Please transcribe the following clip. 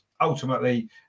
ultimately